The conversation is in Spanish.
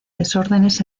desórdenes